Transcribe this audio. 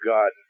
God